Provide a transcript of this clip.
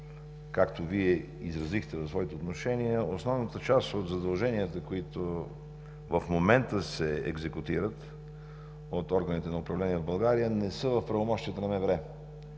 както Вие изразихте в своите отношения, основната част от задълженията, които в момента се екзекутират от органите на управление в България, не са в правомощията на МВР.